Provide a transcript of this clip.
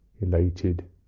elated